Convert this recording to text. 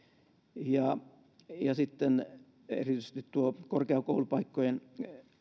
ja innovaatiotoimintaan ja sitten erityisesti tuo korkeakoulupaikkojen